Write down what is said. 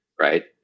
Right